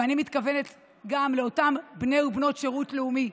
ואני מתכוונת גם לאותם בני ובנות שירות לאומי,